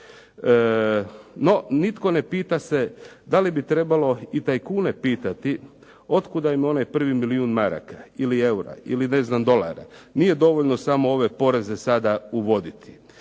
No, nitko ne pita se da li bi trebalo i tajkune pitati od kuda im onaj prvi milijun maraka ili eura, ili ne znam dolara. Nije dovoljno samo ove poreze sada uvoditi.